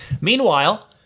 Meanwhile